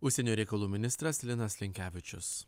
užsienio reikalų ministras linas linkevičius